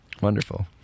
Wonderful